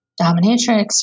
dominatrix